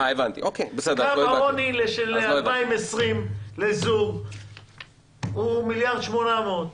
קו העוני של 2020 לזוג הוא 1.8 מיליארד.